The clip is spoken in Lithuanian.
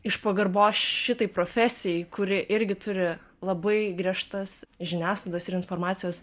iš pagarbos šitai profesijai kuri irgi turi labai griežtas žiniasklaidos ir informacijos